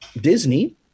Disney